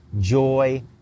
joy